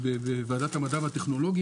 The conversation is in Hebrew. אדוני היה בוועדת המדע והטכנולוגיה,